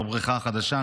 בבריכה החדשה,